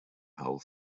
hull